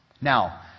now